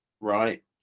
right